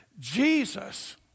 Jesus